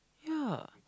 ya